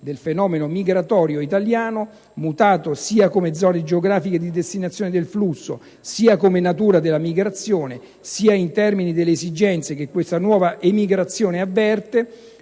del fenomeno migratorio italiano, mutato sia come zone geografiche di destinazione del flusso, sia come natura della migrazione, sia in termini delle esigenze che questa nuova emigrazione avverte,